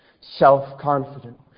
self-confident